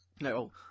no